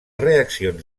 reaccions